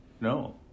No